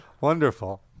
Wonderful